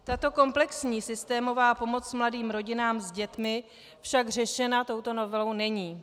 Tato komplexní systémová pomoc mladým rodinám s dětmi však řešena touto novelou není.